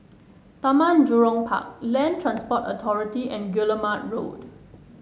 Taman Jurong Park Land Transport Authority and Guillemard Road